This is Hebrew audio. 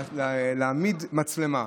הוא להעמיד מצלמה.